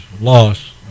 loss